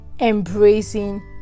embracing